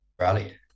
rally